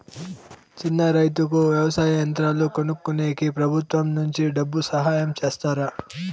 చిన్న రైతుకు వ్యవసాయ యంత్రాలు కొనుక్కునేకి ప్రభుత్వం నుంచి డబ్బు సహాయం చేస్తారా?